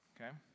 Okay